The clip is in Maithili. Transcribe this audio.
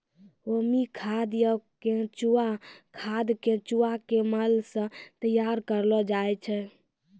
वर्मी खाद या केंचुआ खाद केंचुआ के मल सॅ तैयार करलो जाय छै